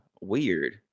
weird